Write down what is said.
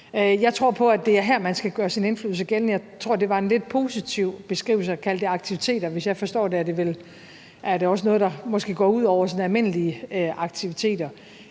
Jeg tror på, at det er her, man skal gøre sin indflydelse gældende. Jeg tror, at det var en lidt positiv beskrivelse at kalde det for aktiviteter. Sådan som jeg forstår det, er det også noget, der måske går ud over sådan almindelige aktiviteter.